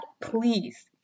please